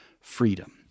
freedom